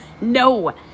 no